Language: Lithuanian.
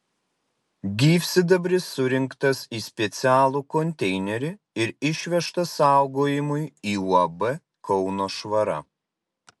gyvsidabris surinktas į specialų konteinerį ir išvežtas saugojimui į uab kauno švara